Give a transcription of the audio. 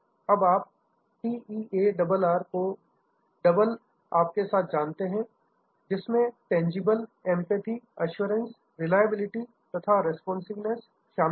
अब आप TEARR को डबल आपके साथ जानते हैं जिनमें टेजिबल एंपैथी एश्योरेंस रिलायबिलिटी तथा रिस्पांसिंवनेस शामिल है